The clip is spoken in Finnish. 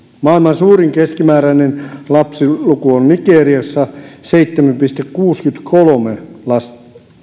maailman suurin keskimääräinen lapsiluku on nigeriassa seitsemän pilkku kuusikymmentäkolme lasta